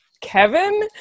Kevin